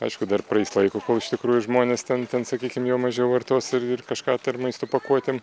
aišku dar praeis laiko kol iš tikrųjų žmonės ten ten sakykim jau mažiau vartos ir ir kažką tai ir maisto pakuotėm